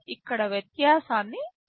ఇక్కడ వ్యత్యాసాన్ని స్పష్టం చేద్దాం